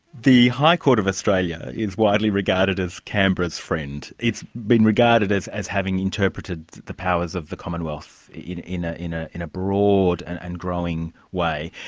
the high court of australia is widely regarded as canberra's friend. it's been regarded as as having interpreted the powers of the commonwealth you know in ah in ah a broad and and growing way.